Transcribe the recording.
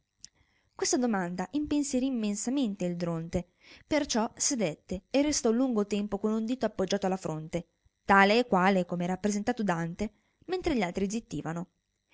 questa domanda impensierì immensamente il dronte perciò sedette e restò lungo tempo con un dito appoggiato alla fronte tale e quale come è rappresentato dante mentre gli altri zittivano